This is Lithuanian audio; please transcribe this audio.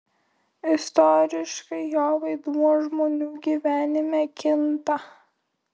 istoriškai jo vaidmuo žmonių gyvenime kinta